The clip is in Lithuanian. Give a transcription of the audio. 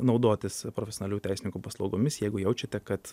naudotis profesionalių teisininkų paslaugomis jeigu jaučiate kad